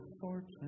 fortune